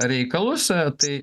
reikalus tai